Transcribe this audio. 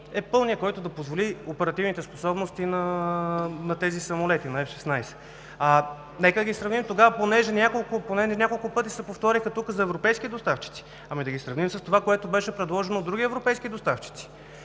е пълният, който да позволи оперативните способности на тези самолети, на F-16. Нека ги сравним тогава, понеже няколко пъти се повторихте тук за европейски доставчици. Ами да ги сравним с това, което беше предложено от други европейски доставчици.